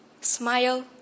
smile